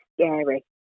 scary